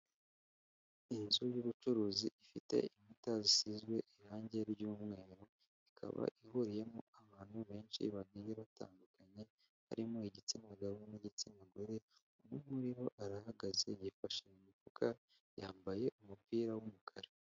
Inzu y'ubucuruzi ifite inkuta zisizwe irangi ry'umweru, ikaba ihuriyemo abantu benshi bagenda batandukanye, harimo igitsina gabo n'igitsina gore, umwe muri bo arahagaze yifashe mu mufuka, yambaye umupira w'umukara.